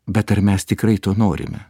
bet ar mes tikrai to norime